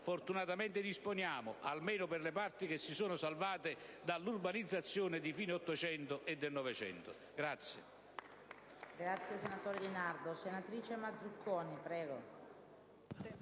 fortunatamente disponiamo, almeno per le parti che si sono salvate dall'urbanizzazione di fine Ottocento e del Novecento.